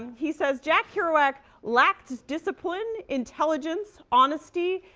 he says, jack kerouac lacks discipline, intelligence, honesty,